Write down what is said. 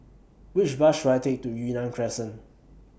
Which Bus should I Take to Yunnan Crescent